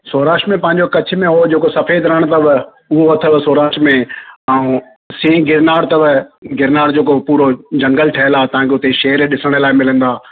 सौराष्ट्र में पंहिंजो कच्छ में हो जेको सफ़ेद रणु अथव उहो अथव सौराष्ट्र में ऐं सि गिरनार अथव गिरनार जेको पूरो जंगल ठहियलु आहे तव्हांखे हुते शेर ॾिसण लाइ मिलंदा